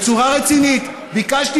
בצורה רצינית: ביקשתי